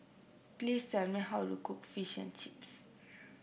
please tell me how to cook Fish and Chips